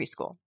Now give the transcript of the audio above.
preschool